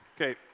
Okay